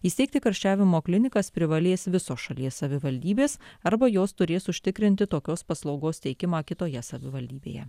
įsteigti karščiavimo klinikas privalės visos šalies savivaldybės arba jos turės užtikrinti tokios paslaugos teikimą kitoje savivaldybėje